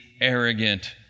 arrogant